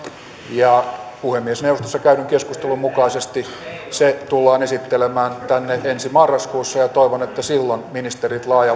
ja puhemiesneuvostossa käydyn keskustelun mukaisesti se tullaan esittelemään tänne ensi marraskuussa ja ja toivon että silloin ministerit laaja